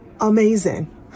amazing